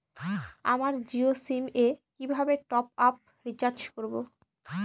আমার জিও সিম এ কিভাবে টপ আপ রিচার্জ করবো?